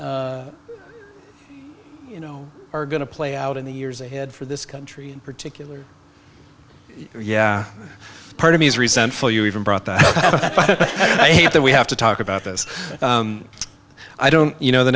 challenges you know are going to play out in the years ahead for this country in particular yeah part of me is resentful you even brought that up that we have to talk about this i don't you know the